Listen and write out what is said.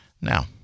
now